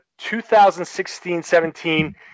2016-17